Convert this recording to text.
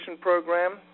program